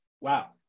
wow